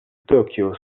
tokyo